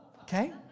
Okay